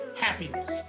happiness